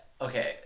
okay